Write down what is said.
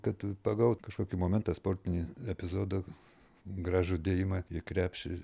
kad pagaut kažkokį momentą sportinį epizodą gražų dėjimą į krepšį